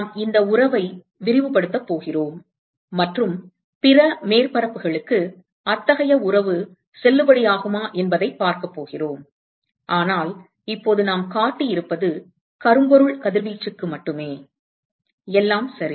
நாம் இந்த உறவை விரிவுபடுத்தப் போகிறோம் மற்றும் பிற மேற்பரப்புகளுக்கு அத்தகைய உறவின் செல்லுபடியாகுமா என்பதைப் பார்க்கப் போகிறோம் ஆனால் இப்போது நாம் காட்டியிருப்பது கரும்பொருள் கதிர்வீச்சுக்கு மட்டுமே எல்லாம் சரி